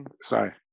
Sorry